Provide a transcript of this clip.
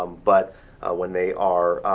um but when they are,